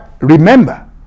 remember